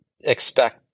expect